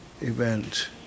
event